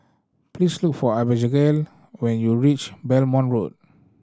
please look for Abbigail when you reach Belmont Road